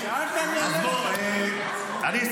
שאלת, אני אענה לך.